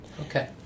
Okay